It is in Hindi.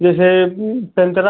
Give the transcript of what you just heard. जैसे संतरा